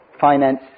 Finance